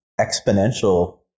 exponential